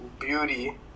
beauty